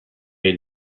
est